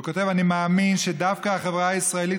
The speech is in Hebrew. הוא כותב: "אני מאמין שדווקא חברה ישראלית,